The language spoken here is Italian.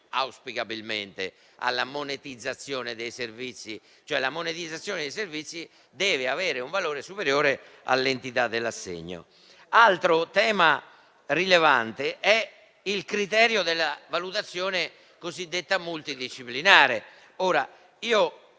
auspicabilmente; la monetizzazione dei servizi, cioè, deve avere un valore superiore all'entità dell'assegno. Altro tema rilevante è il criterio della valutazione cosiddetta multidisciplinare.